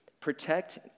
Protect